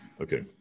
Okay